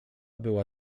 była